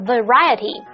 Variety